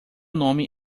nome